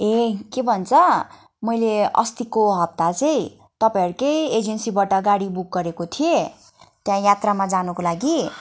ए के भन्छ मैले अस्तिको हप्ता चाहिँ तपाईँहरूकै एजन्सीबाट गाडी बुक गरेको थिएँ त्यहाँ यात्रामा जानुको लागि